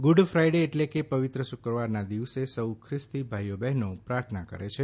good Friday એટલે કે પવિત્ર શુક્રવારના દિવસે સૌ ખ્રિસ્તી ભાઈ બહેનો પ્રાર્થના કરે છે